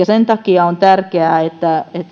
sen takia on tärkeää että